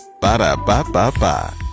Ba-da-ba-ba-ba